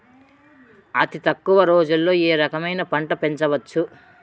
అతి తక్కువ రోజుల్లో ఏ రకమైన పంట పెంచవచ్చు?